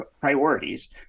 priorities